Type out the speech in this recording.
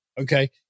Okay